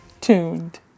tuned